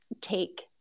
take